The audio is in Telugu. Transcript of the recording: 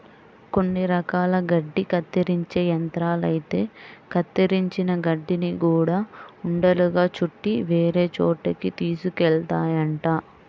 కొన్ని రకాల గడ్డి కత్తిరించే యంత్రాలైతే కత్తిరించిన గడ్డిని గూడా ఉండలుగా చుట్టి వేరే చోటకి తీసుకెళ్తాయంట